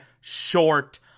short